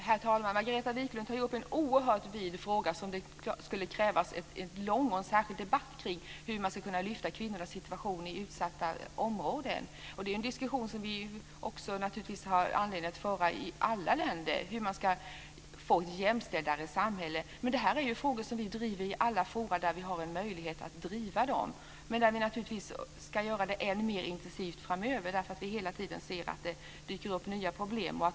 Herr talman! Margareta Viklund tar upp en oerhört vid fråga som det skulle krävas en lång och särskild debatt kring. Hur ska man kunna lyfta fram kvinnornas situation i utsatta områden? Det är en diskussion som vi naturligtvis också har anledning att föra i alla länder, om hur man ska få ett mer jämställt samhälle. Men det här är ju frågor som vi driver i alla forum där vi har en möjlighet att driva dem. Men vi ska naturligtvis göra det än mer intensivt framöver eftersom vi hela tiden ser att det dyker upp nya problem.